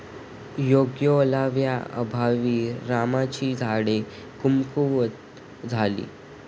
योग्य ओलाव्याअभावी रामाची झाडे कमकुवत झाली